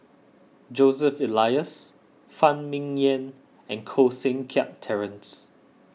Joseph Elias Phan Ming Yen and Koh Seng Kiat Terence